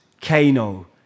Kano